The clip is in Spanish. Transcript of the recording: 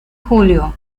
julio